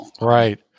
Right